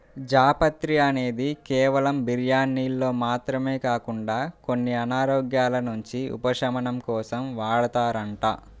జాపత్రి అనేది కేవలం బిర్యానీల్లో మాత్రమే కాకుండా కొన్ని అనారోగ్యాల నుంచి ఉపశమనం కోసం వాడతారంట